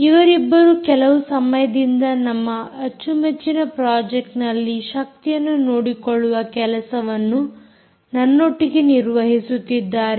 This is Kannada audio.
ಇವರಿಬ್ಬರು ಕೆಲವು ಸಮಯದಿಂದ ನಮ್ಮ ಅಚ್ಚುಮೆಚ್ಚಿನ ಪ್ರಾಜೆಕ್ಟ್ನಲ್ಲಿ ಶಕ್ತಿಯನ್ನು ನೋಡಿಕೊಳ್ಳುವ ಕೆಲಸವನ್ನು ನನ್ನೊಟ್ಟಿಗೆ ನಿರ್ವಹಿಸುತ್ತಿದ್ದಾರೆ